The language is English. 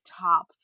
top